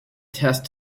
test